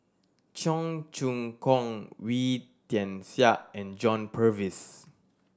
Cheong Choong Kong Wee Tian Siak and John Purvis